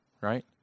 Right